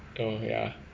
oh ya